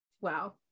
wow